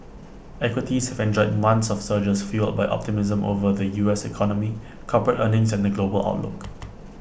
equities have enjoyed months of surges fuelled by optimism over the U S economy corporate earnings and the global outlook